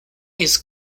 his